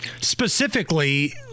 Specifically